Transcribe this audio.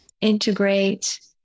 integrate